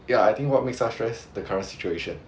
ya I think what make us stress the current situation